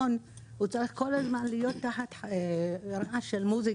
צריך להיות כל הזמן תחת רעש של מוזיקה,